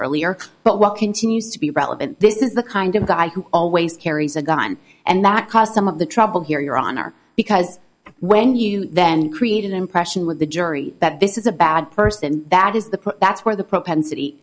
earlier but what continues to be relevant this is the kind of guy who always carries a gun and that caused some of the trouble here your honor because when you then create an impression with the jury that this is a bad person that is the that's where the propensity